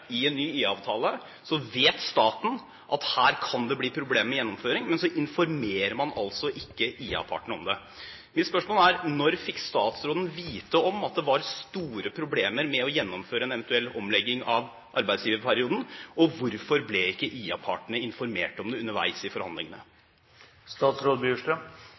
i en ny IA-avtale, og staten vet at det kan bli problemer med gjennomføringen, ikke informerer IA-partene om det. Mitt spørsmål er: Når fikk statsråden vite om at det var store problemer med å gjennomføre en eventuell omlegging av arbeidsgiverperioden? Og hvorfor ble ikke IA-partene informert om det underveis i forhandlingene?